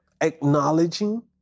Acknowledging